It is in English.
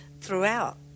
throughout